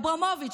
אברמוביץ',